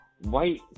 white